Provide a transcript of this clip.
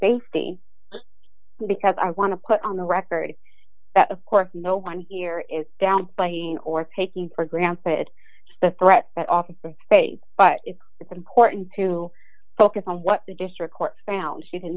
safety because i want to put on the record that of course no one here is downplaying or taking for granted the threat that officer but it's important to focus on what the district court found she did